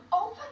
Open